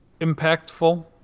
impactful